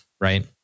right